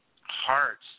hearts